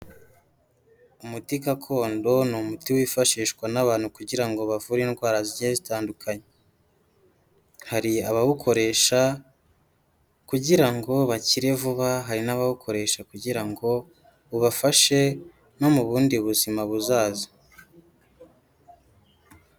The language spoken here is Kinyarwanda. Umuti gakondo ni umuti wifashishwa n'abantu kugira ngo bavure indwara zigiye zitandukanye, hari abawukoresha kugira ngo bakire vuba hari n'abawukoresha kugira ngo ubafashe no mu bundi buzima buzaza.